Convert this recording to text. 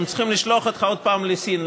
הם צריכים לשלוח אותך עוד פעם לסין.